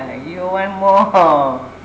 you want more